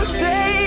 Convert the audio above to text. say